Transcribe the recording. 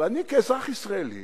אבל אני, כאזרח ישראלי